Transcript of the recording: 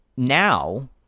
Now